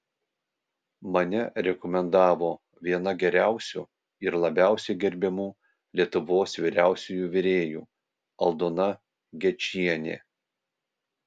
mane rekomendavo viena geriausių ir labiausiai gerbiamų lietuvos vyriausiųjų virėjų aldona gečienė